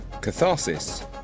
Catharsis